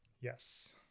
Yes